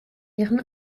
deren